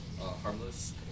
harmless